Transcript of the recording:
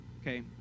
okay